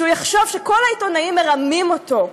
שיחשוב שכל העיתונאים מרמים אותו.